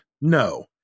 No